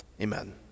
Amen